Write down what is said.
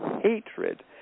hatred